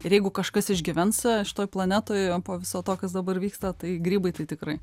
ir jeigu kažkas išgyvens šitoj planetoj po viso to kas dabar vyksta tai grybai tai tikrai